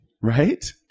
Right